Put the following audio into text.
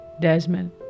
Desmond